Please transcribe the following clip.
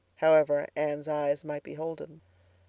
however anne's eyes might be holden.